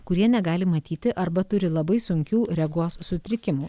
kurie negali matyti arba turi labai sunkių regos sutrikimų